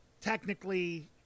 technically